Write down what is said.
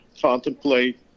contemplate